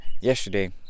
yesterday